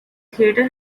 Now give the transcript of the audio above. theater